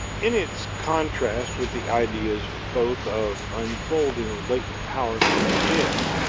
in its contrast with the ideas both of unfolding of latent powers from within,